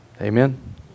Amen